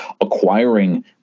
acquiring